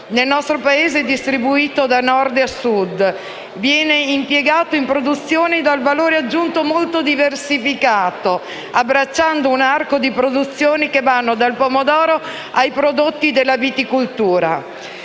Nel nostro Paese è distribuito da Nord a Sud. Viene impiegato in produzioni dal valore aggiunto molto diversificato, abbracciando un arco di produzioni che vanno dal pomodoro ai prodotti della viticoltura.